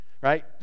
right